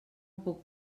puc